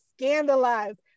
scandalized